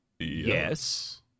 Yes